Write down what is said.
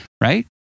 Right